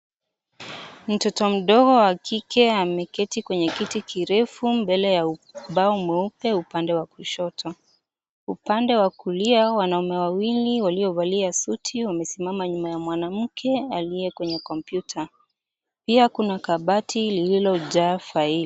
Mtoto mdogo wa kike ameketi kwenye kiti kirefu mbele ya umbao mweupe upande wa kushoto. Upande wa kulia wanaume wawili waliovalia suti wamesimama nyuma ya mwanamke aliye kwenye kompiuta. Pia kuna kabati lililojaa faili.